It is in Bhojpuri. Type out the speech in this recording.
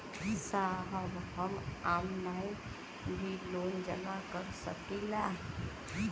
साहब हम ऑनलाइन भी लोन जमा कर सकीला?